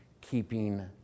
keeping